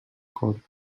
cort